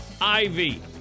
Ivy